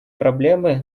проблемы